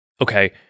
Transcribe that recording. okay